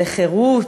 לחירות.